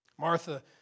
Martha